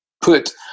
put